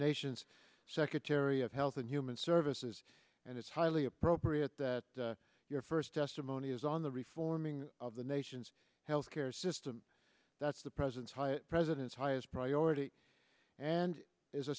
nation's secretary of health and human services and it's highly appropriate that your first testimony is on the reforming of the nation's health care system that's the president's highest president's highest priority and is a